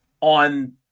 on